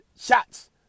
shots